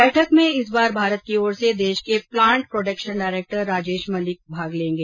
बैठक में इस बार भारत की ओर से देश के plant production director Rajesh Malik भाग लेंगे